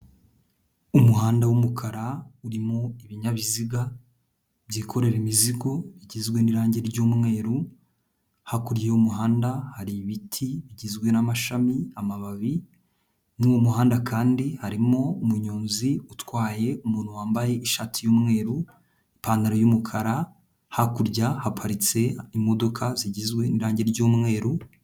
Umuhanda w'umukara urimo ibinyabiziga byikorera imizigo, igizwe n'irangi ry'umweru, hakurya y'umuhanda hari ibiti bigizwe n'amashami, amababi, no mu muhanda kandi harimo umunyonzi utwaye umuntu wambaye ishati y'umweru, ipantaro y'umukara, hakurya haparitse imodoka zigizwe n'irangi ry'umweru.